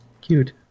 cute